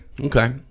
okay